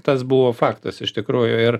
tas buvo faktas iš tikrųjų ir